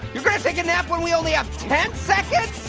you're gonna take a nap when we only have ten seconds?